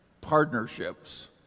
partnerships